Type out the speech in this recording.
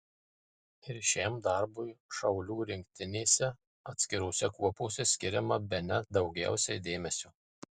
ir šiam darbui šaulių rinktinėse atskirose kuopose skiriama bene daugiausiai dėmesio